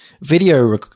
video